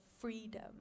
freedom